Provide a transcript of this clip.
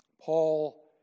Paul